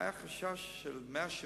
היה חשש, היו 170